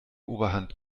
oberhand